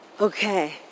Okay